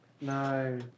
No